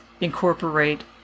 incorporate